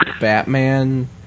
Batman